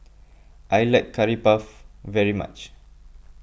I like Curry Puff very much